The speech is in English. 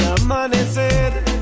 amanecer